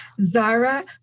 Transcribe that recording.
Zara